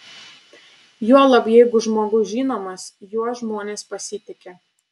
juolab jeigu žmogus žinomas juo žmonės pasitiki